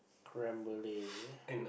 creme brulee